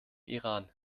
iran